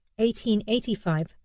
1885